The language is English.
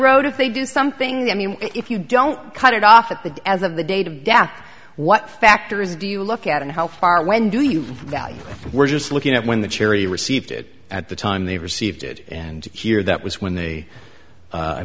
road if they do something i mean if you don't cut it off at that as of the date of death what factors do you look at and how far when do you value we're just looking at when the charity received it at the time they received it and here that was when they